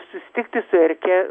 susitikti su erke